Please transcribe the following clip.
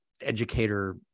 educator